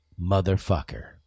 motherfucker